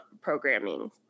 programming